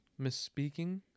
misspeaking